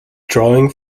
drawing